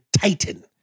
titan